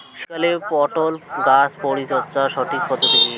শীতকালে পটল গাছ পরিচর্যার সঠিক পদ্ধতি কী?